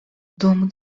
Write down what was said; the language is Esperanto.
dum